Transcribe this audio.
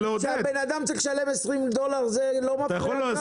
כשאדם צריך לשלם 20 דולר זה לא מפריע לך?